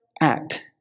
act